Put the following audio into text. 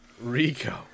Rico